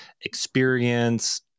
experience